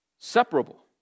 separable